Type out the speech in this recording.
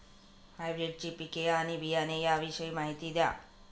हायब्रिडची पिके आणि बियाणे याविषयी माहिती द्या